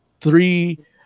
Three